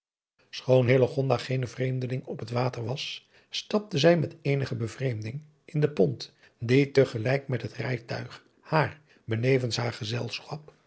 hillegonda geene vreemdeling op het water was stapte zij met eenige bevreemding in de pont die te gelijk met het rijtuig haar benevens haar gezelschap